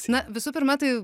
na visų pirma tai